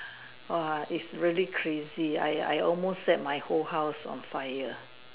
!wah! it's really crazy I I I almost set my whole house on fire